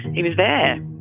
he was there